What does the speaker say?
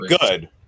good